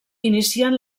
inicien